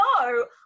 no